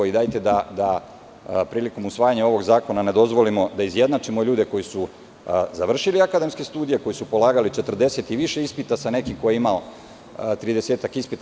Dajte da prilikom usvajanja ovog zakona, ne dozvolimo da izjednačimo ljude koji su završili akademske studije, koji su polagali 40 i više ispita, sa nekim ko je imao 30-ak ispita.